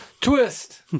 Twist